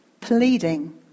pleading